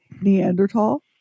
Neanderthal